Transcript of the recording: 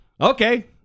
okay